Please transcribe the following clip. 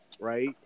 right